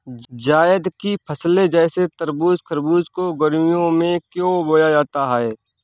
जायद की फसले जैसे तरबूज़ खरबूज को गर्मियों में क्यो बोया जाता है?